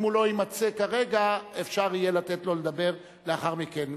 אם הוא לא יימצא כרגע יהיה אפשר לתת לו לדבר לאחר מכן.